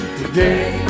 today